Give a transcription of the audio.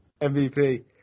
MVP